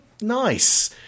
Nice